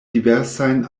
diversajn